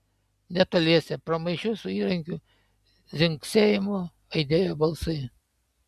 netoliese pramaišiui su įrankių dzingsėjimu aidėjo balsai